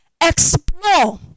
explore